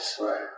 right